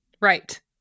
Right